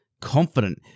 confident